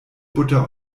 butter